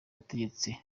yategetse